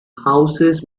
houses